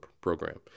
program